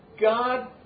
God